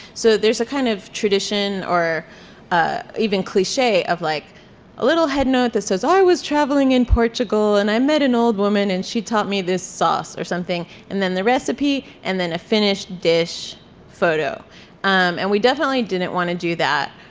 so there's a kind of tradition or even cliche of like a little headnote that says i was traveling in portugal and i met an old woman and she taught me this sauce or something and then the recipe and then a finished dish photo um and we definitely didn't want to do that.